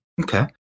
Okay